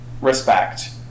Respect